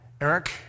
Eric